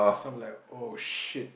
some will be like oh shit